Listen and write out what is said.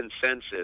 consensus